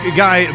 guy